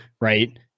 right